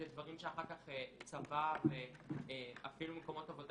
זה דברים שאחר כך צבא ואפילו מקומות עבודה